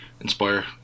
Inspire